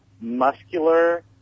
muscular